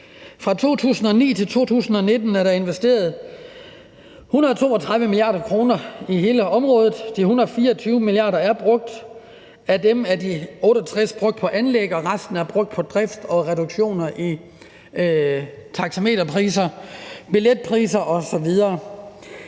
Fra 2009 til 2019 er der investeret 132 mia. kr. i hele området. De 124 mia. kr. er brugt. Af dem er de 68 mia. kr. brugt på anlæg, og resten er brugt på drift og reduktioner i taxameterpriser, billetpriser osv.